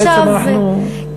בעצם אנחנו,